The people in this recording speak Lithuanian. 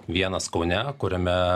vienas kaune kuriame